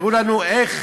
ויראו לנו איך,